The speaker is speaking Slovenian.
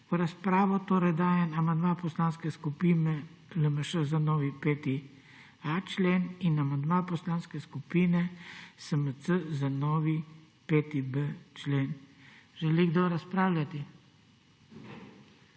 V razpravo torej dajem amandma Poslanske skupine LMŠ za novi 5.a člen in amandma Poslanske skupine SMC za novi 5.b člen. Želi kdo razpravljati?